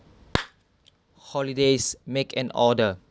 holidays make an order